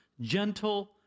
gentle